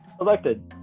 elected